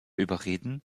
überreden